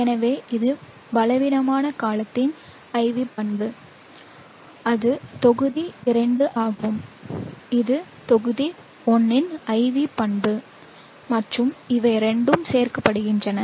எனவே இது பலவீனமான கலத்தின் IV பண்புஅது தொகுதி 2 ஆகும் இது தொகுதி 1 இன் IV பண்பு மற்றும் இவை இரண்டும் சேர்க்கப்படுகின்றன